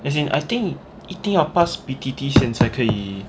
as in I think 一定要 pass B_T_T 先才可以